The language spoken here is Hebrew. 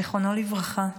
זיכרונו לברכה,